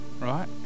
right